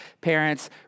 parents